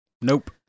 Nope